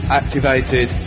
activated